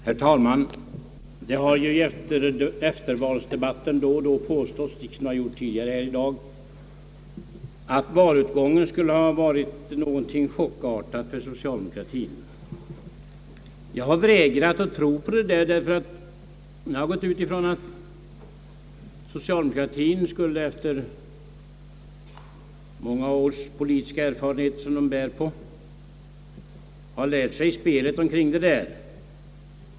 Herr talman! Det har i eftervalsdebatten då och då påståtts — liksom tidigare här i dag — att valutgången skulle ha kommit som något av en chock för socialdemokratien. Jag har vägrat tro på detta, ty jag har gått ut ifrån att socialdemokratien med de många års politiska erfarenheter som den bär på skulle ha lärt sig spelet.